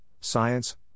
science